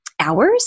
hours